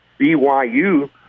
BYU